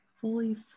fully